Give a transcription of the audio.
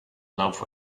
love